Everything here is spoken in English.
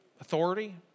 authority